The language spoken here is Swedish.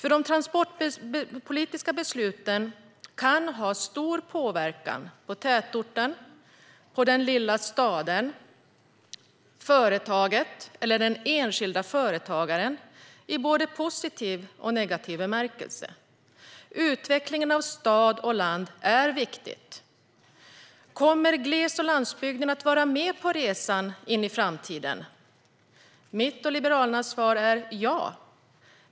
De transportpolitiska besluten kan ha stor påverkan på tätorten, på den lilla staden, på företaget eller den enskilda företagaren i både positiv och negativ bemärkelse. Utvecklingen av stad och land är viktig. Kommer gles och landsbygden att vara med på resan in i framtiden? Mitt och Liberalernas svar är: Ja.